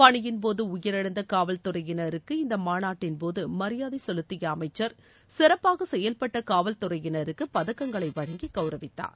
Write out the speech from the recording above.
பணியின்போது உயிரிழந்த காவல் துறையினருக்கு இந்த மாநாட்டின்போது மரியாதை செலுத்திய அமைச்சர் சிறப்பாக செயல்பட்ட காவல்துறையினருக்கு பதக்கங்களை வழங்கி கவுரவித்தார்